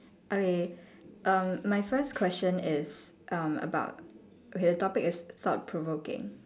okay err my first question is um about okay the topic is thought provoking